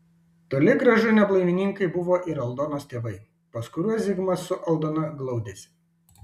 toli gražu ne blaivininkai buvo ir aldonos tėvai pas kuriuos zigmas su aldona glaudėsi